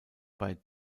bei